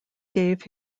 gave